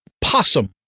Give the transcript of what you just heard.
possum